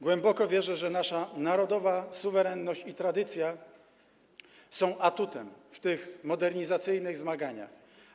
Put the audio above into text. Głęboko wierzę, że nasza narodowa suwerenność i tradycja są atutem w tych modernizacyjnych zmaganiach.